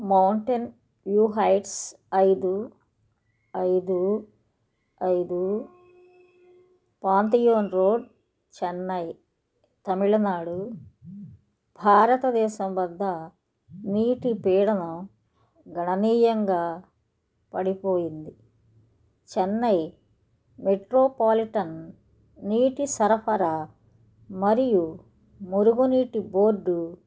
mountain view heights ఐదు ఐదు ఐదు పాంథియోన్ రోడ్ చెన్నై తమిళనాడు భారతదేశం వద్ద నీటి పీడనం గణనీయంగా పడిపోయింది చెన్నై మెట్రోపాలిటన్ నీటి సరఫరా మరియు మురుగు నీటి బోర్డు